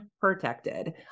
protected